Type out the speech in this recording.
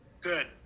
Good